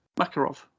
Makarov